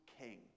king